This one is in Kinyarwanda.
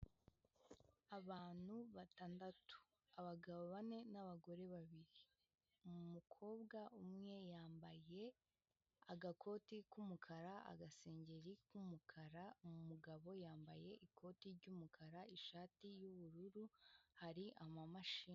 Abantu batandatu, abagabo bane n'abagore babiri, umukobwa umwe yambaye agakoti k'umukara, agasengeri k'umukara, umugabo yambaye ikoti ry'umukara ishati y'ubururu hari amamashini.